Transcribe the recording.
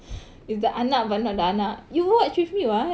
it's the anak but not the anak you watched with me [what]